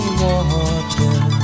water